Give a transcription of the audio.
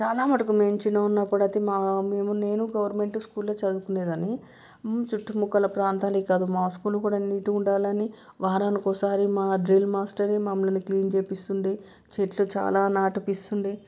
చాలా మటుకు నేను చిన్నగా ఉన్నప్పుడు అయితే మా నేను గవర్నమెంట్ స్కూల్లో చదువుకునేదని చుట్టు ప్రక్కల ప్రాంతానికి కాదు మా స్కూల్ కూడా నీట్గా ఉండాలని వారానికి ఒకసారి మా డ్రిల్ మాస్టర్ మమ్మల్ని క్లీన్ చేపిస్తుంటే చెట్లు చాలా నాటపిస్తుండే